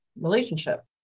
relationship